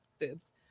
boobs